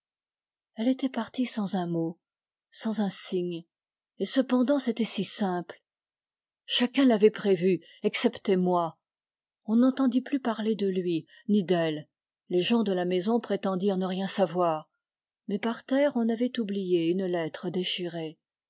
elle était partie sans un mot sans un signe et cependant c'était si simple chacun l'avait prévu excepté moi on n'entendit plus parler de lui ni d'elle les gens de la maison prétendirent ne rien savoir mais par terre on avait oublié une lettre déchirée